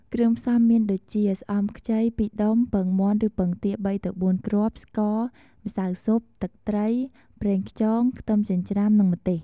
គ្រឿងផ្សំមានដូចជា ស្អំខ្ចី ២ដុំ ពងមាន់ឬពងទា ៣ទៅ៤គ្រាប់ ស្ករ ម្សៅស៊ុប ទឹកត្រី ប្រេងខ្យង ខ្ទឹមចិញ្ច្រាំ និងម្ទេស។